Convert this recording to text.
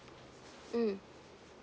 mm